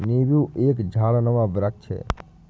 नींबू एक झाड़नुमा वृक्ष है